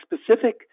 specific